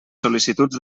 sol·licituds